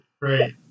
right